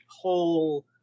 whole